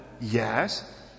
Yes